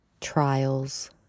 trials